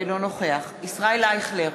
אינו נוכח ישראל אייכלר,